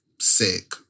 sick